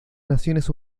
naciones